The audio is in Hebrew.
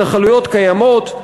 התנחלויות קיימות.